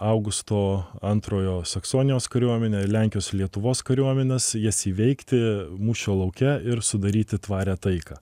augusto antrojo saksonijos kariuomenę ir lenkijos ir lietuvos kariuomenės jas įveikti mūšio lauke ir sudaryti tvarią taiką